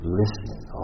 listening